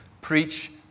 preach